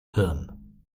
hirn